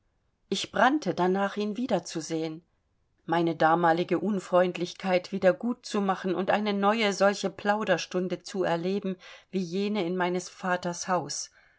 ich brannte danach ihn wieder zu sehen meine damalige unfreundlichkeit wieder gut zu machen und eine neue solche plauderstunde zu erleben wie jene in meines vaters haus